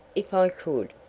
if i could,